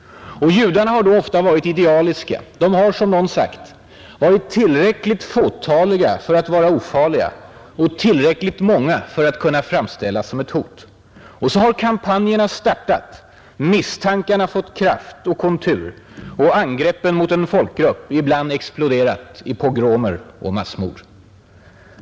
Judarna har då ofta varit idealiska. De har, som någon sagt, varit tillräckligt fåtaliga för att vara ofarliga och tillräckligt många för att kunna framställas som ett hot. Och så har kampanjerna startat, misstankarna har fått kraft och kontur och angreppen mot en folkgrupp ibland exploderat i pogromer och massmord.